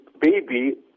baby